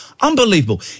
Unbelievable